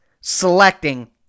selecting